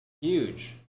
Huge